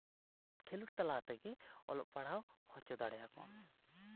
ᱠᱷᱮᱞᱳᱰ ᱛᱟᱞᱟ ᱛᱮᱜᱮ ᱚᱞᱚᱜ ᱯᱟᱲᱦᱟᱣ ᱦᱚᱪᱚ ᱫᱟᱲᱮᱭᱟᱠᱚᱣᱟ